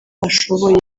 ashoboye